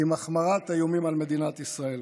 עם החמרת האיומים על מדינת ישראל.